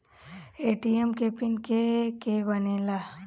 ATM के PIN के के बनेला?